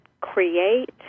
create